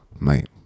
Mate